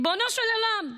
ריבונו של עולם,